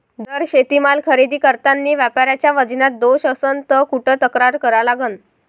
जर शेतीमाल खरेदी करतांनी व्यापाऱ्याच्या वजनात दोष असन त कुठ तक्रार करा लागन?